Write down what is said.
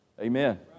Amen